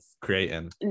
creating